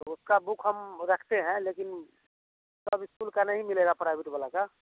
उसका बुक हम रखते हैं लेकिन सब स्कूल का नहीं मिलेगा प्राइवेट वाला का